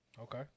Okay